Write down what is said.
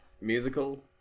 musical